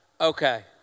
Okay